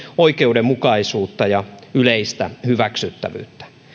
oikeudenmukaisuutta ja yleistä hyväksyttävyyttä